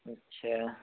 अच्छा